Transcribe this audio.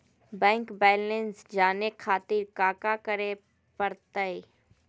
Bank balance जाने खातिर काका करे पड़तई?